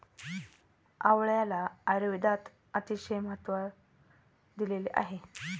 आवळ्याला आयुर्वेदात अतिशय महत्त्व दिलेले आहे